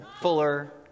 Fuller